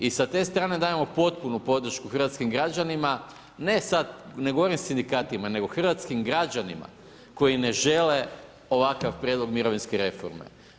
I sa te strane dajemo potpunu podršku hrvatskim građanima, ne sad, ne govorim sindikatima, nego hrvatskim građanima koji ne žele ovakav prijedlog mirovinske reforme.